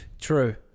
True